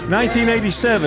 1987